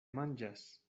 manĝas